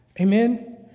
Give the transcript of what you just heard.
Amen